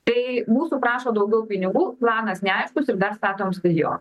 tai mūsų prašo daugiau pinigų planas neaiškus ir dar statom stadioną